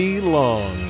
Long